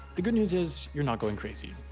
the good news is, you're not going crazy,